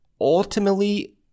ultimately